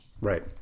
Right